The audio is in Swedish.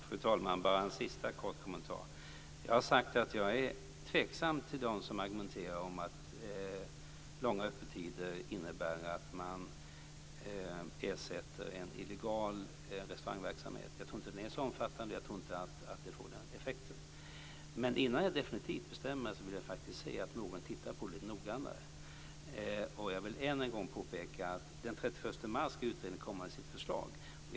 Fru talman! Bara en sista kort kommentar. Jag har sagt att jag är tveksam till dem som argumenterar för att långa öppettider innebär att man ersätter en illegal restaurangverksamhet. Jag tror inte att den är så omfattande, och jag tror inte att det får den effekten. Men innan jag definitivt bestämmer mig vill jag faktiskt se att någon tittar på det lite noggrannare. Jag vill än en gång påpeka att den 31 mars ska utredningen komma med sitt förslag.